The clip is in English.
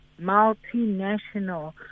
multinational